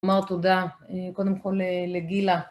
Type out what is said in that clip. מר תודה, קודם כל לגילה.